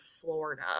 Florida